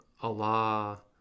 Allah